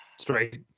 Straight